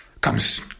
comes